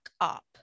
up